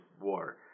war